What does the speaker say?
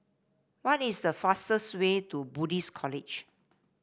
what is the fastest way to Buddhist College